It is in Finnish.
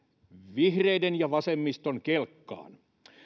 vihreiden ja vasemmiston erikoiseen kelkkaan